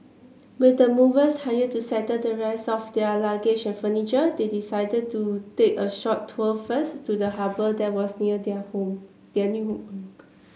with the movers hired to settle the rest of their luggage and furniture they decided to take a short tour first to the harbour that was near their home their new home